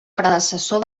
predecessor